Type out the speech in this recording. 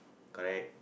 correct